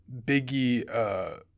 Biggie –